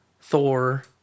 Thor